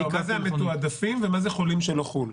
מה זה המתועדפים ומה זה חולים שאינו חו"ל?